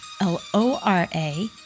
L-O-R-A